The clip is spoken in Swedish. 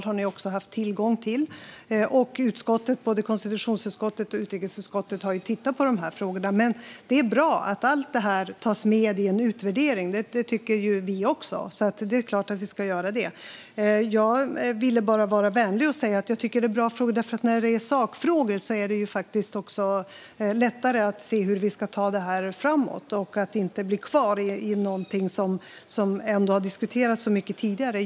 Ni har också haft tillgång till allt material, och både konstitutionsutskottet och utrikesutskottet har tittat på dessa frågor. Men det är bra att allt tas med i en utvärdering. Det tycker vi också, så det är klart att vi ska göra det. Jag ville bara vara vänlig och säga att jag tycker att det var bra frågor, för när det är sakfrågor är det lättare att se hur vi ska ta det hela framåt och inte bli kvar i något som har diskuterats mycket tidigare.